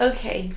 Okay